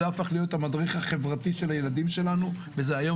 צריך להבין שזה הפך להיות המדריך החברתי שלנו,